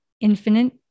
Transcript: infinite